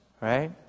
right